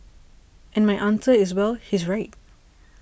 and my answer is well he's right